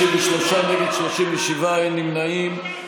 53, נגד, 37, אין נמנעים.